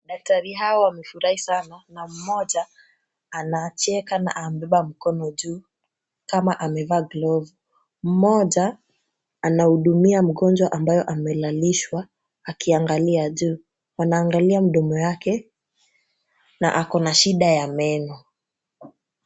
Daktari hawa wamefurahi sana na mmoja anacheka na amebeba mkono juu kama amevaa glovu. Mmoja anahudumia mgonjwa ambayo amelalishwa akiangalia juu. Anaangalia mdomo yake na ako na shida ya meno.